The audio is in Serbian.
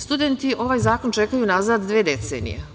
Studenti ovaj zakon čekaju unazad dve decenije.